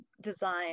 design